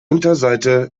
unterseite